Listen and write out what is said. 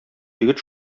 егет